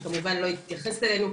שכמובן לא התייחס אלינו,